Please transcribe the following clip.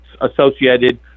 associated